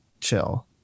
chill